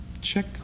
check